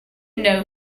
know